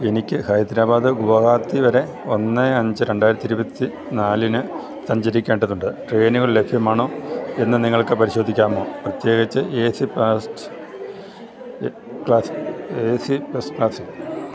എനിക്ക് ഹൈദ്രാബാദ് ഗുവഹാത്തി വരെ ഒന്ന് അഞ്ച് രണ്ടായിരത്തി ഇരുപത്തിനാലിന് സഞ്ചരിക്കേണ്ടതുണ്ട് ട്രേയ്നുകൾ ലഭ്യമാണോയെന്ന് നിങ്ങൾക്ക് പരിശോധിക്കാമോ പ്രത്യേകിച്ച് ഏ സി ഫസ്റ്റ് ക്ലാസ്സിൽ